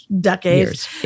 decades